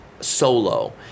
solo